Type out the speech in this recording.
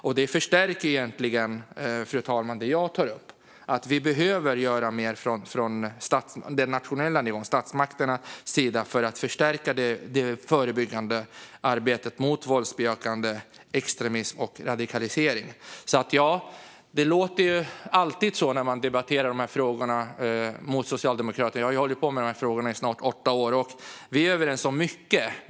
Detta förstärker egentligen, fru talman, det jag tar upp: Vi behöver göra mer på den nationella nivån och från statsmakternas sida för att förstärka det förebyggande arbetet mot våldsbejakande extremism och radikalisering. Det låter alltid så här när man debatterar de här frågorna med Socialdemokraterna. Jag har ju hållit på med dessa frågor i snart åtta år, och vi är överens om mycket.